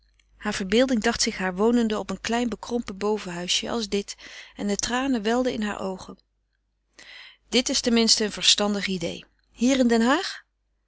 hare verbeelding dacht zich haar wonende op een klein bekrompen bovenhuisje als dit en de tranen welden in hare oogen dit is ten minste een verstandig idée hier in den haag